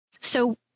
So-